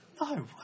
No